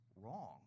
wrong